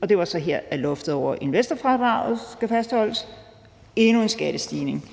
og det er så her, at loftet over investorfradraget skal fastholdes – endnu en skattestigning.